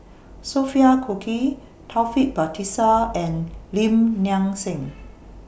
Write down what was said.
Sophia Cooke Taufik Batisah and Lim Nang Seng